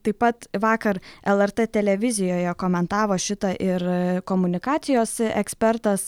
taip pat vakar lrt televizijoje komentavo šitą ir komunikacijos ekspertas